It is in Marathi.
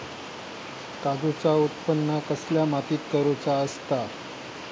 काजूचा उत्त्पन कसल्या मातीत करुचा असता?